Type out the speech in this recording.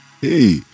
hey